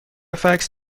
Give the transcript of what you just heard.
فکس